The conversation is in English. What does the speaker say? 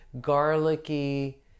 garlicky